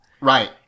Right